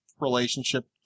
relationship